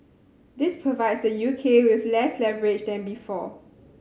this provides the U K with less leverage than before